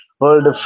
World